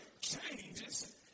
changes